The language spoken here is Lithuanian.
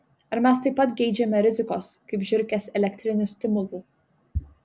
ar mes taip pat geidžiame rizikos kaip žiurkės elektrinių stimulų